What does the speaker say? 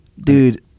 Dude